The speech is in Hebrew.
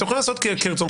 אתם יכולים לעשות כרצונכם,